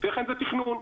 תכן זה תכנון.